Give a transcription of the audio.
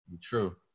True